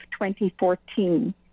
2014